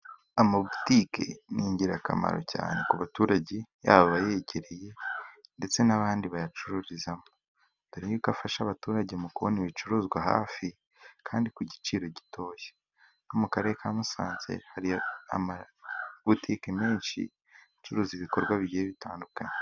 Amabutike ni ingirakamaro cyane, ku baturage yabayegereye ndetse n'abandi bayacururizamo dore yuko afasha abaturage mu kubona ibicuruzwa hafi kandi kugiciro gitoya, mu karere ka Musanze hari, amabotike menshi, acuruza ibikorwa bigiye bitandukanye.